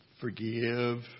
Forgive